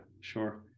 sure